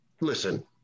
listen